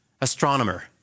astronomer